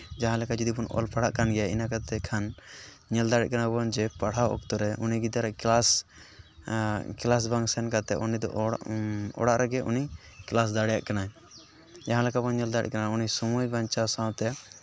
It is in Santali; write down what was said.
ᱡᱟᱦᱟᱸ ᱞᱮᱠᱟ ᱡᱩᱫᱤ ᱵᱚᱱ ᱚᱞ ᱯᱟᱲᱦᱟᱜ ᱠᱟᱱ ᱜᱮᱭᱟ ᱤᱱᱟᱹ ᱠᱟᱛᱮᱫ ᱠᱷᱟᱱ ᱧᱮᱞ ᱫᱟᱲᱮᱜ ᱠᱟᱱᱟ ᱵᱚᱱ ᱡᱮ ᱯᱟᱲᱦᱟᱣ ᱚᱠᱛᱚ ᱨᱮ ᱩᱱᱤ ᱜᱤᱫᱽᱨᱟᱹ ᱟᱜ ᱠᱞᱟᱥ ᱠᱞᱟᱥ ᱵᱟᱝ ᱥᱮᱱ ᱠᱟᱛᱮᱫ ᱩᱱᱤᱫᱚ ᱚᱲᱟᱜ ᱨᱮᱜᱮ ᱩᱱᱤ ᱠᱞᱟᱥ ᱫᱟᱲᱮᱭᱟᱜ ᱠᱟᱱᱟ ᱡᱟᱦᱟᱸ ᱞᱮᱠᱟᱵᱚᱱ ᱧᱮᱞ ᱫᱟᱲᱮᱜ ᱠᱟᱱᱟ ᱩᱱᱤ ᱥᱚᱢᱚᱭ ᱵᱟᱧᱪᱟᱣ ᱥᱟᱶᱛᱮ